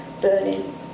burning